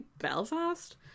Belfast